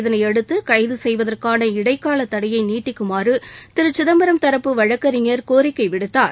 இதனையடுத்து கைது செய்வதற்கான இடைக்கால தடையை நீடிக்குமாறு திரு சிதம்பரம் தரப்பு வழக்கறிஞர் கோரிக்கை விடுத்தார்